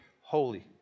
holy